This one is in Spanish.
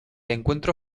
encuentro